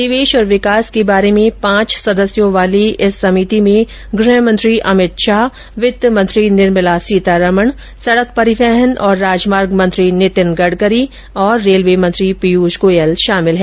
निवेश और विकास के बारे में पांच सदस्यों वाली इस मंत्रिमंडलीय समिति में गृह मंत्री अमित शाह वित्त मंत्री निर्मला सीतारमण सड़क परिवहन और राजमार्ग मंत्री नितिन गड़करी तथा रेलवे मंत्री पीयूष गोयल शामिल हैं